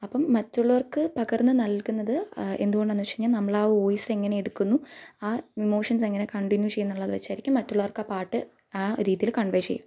അപ്പം മറ്റുള്ളവർക്ക് പകർന്ന് നൽകുന്നത് എന്തുകൊണ്ടാണെന്ന് വെച്ചുകഴിഞ്ഞാൽ നമ്മൾ ആ വോയിസ് എങ്ങനെ എടുക്കുന്നു ആ ഇമോഷൻസ് എങ്ങനെ കണ്ടിന്യൂ ചെയ്യുക എന്നുള്ളത് വെച്ചായിരിക്കും മറ്റുള്ളവർക്ക് ആ പാട്ട് ആ രീതിയിൽ കൺവേ ചെയ്യും